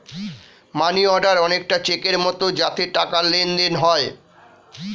মানি order অনেকটা চেকের মতো যাতে টাকার লেনদেন হয়